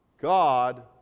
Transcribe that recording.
God